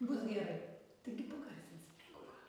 bus gerai taigi pagarsinsit jeigu ką